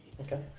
Okay